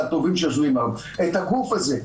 הטובים שיושבים שם את הגוף הזה.